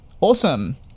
Awesome